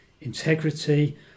integrity